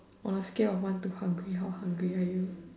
on the scale of one to hungry how hungry are you